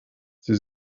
sie